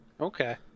Okay